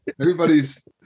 Everybody's